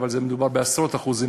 אבל מדובר בעשרות אחוזים,